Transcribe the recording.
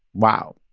wow,